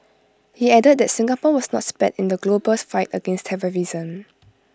he added that Singapore was not spared in the global's fight against terrorism